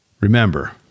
Remember